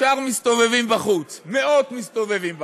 השאר מסתובבים בחוץ, מאות מסתובבים בחוץ.